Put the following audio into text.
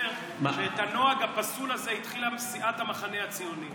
ולדובר שאת הנוהג הפסול הזה התחילה סיעת המחנה הציוני.